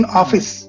office